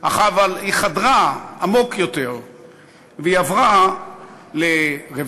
אבל היא חדרה עמוק יותר והיא עברה לרווחה,